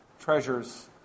treasures